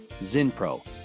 Zinpro